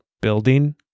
building